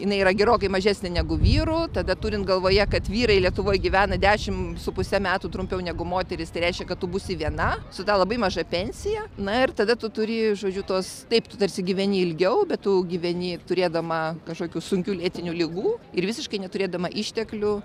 jinai yra gerokai mažesnė negu vyrų tada turint galvoje kad vyrai lietuvoje gyvena dešimt su puse metų trumpiau negu moterys tai reiškia kad tu būsi viena su ta labai maža pensija na ir tada tu turi žodžiu tos taip tarsi gyveni ilgiau bet tu gyveni turėdama kažkokių sunkių lėtinių ligų ir visiškai neturėdama išteklių